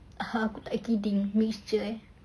aku tak kidding mixture eh